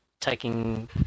taking